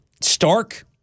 stark